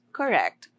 correct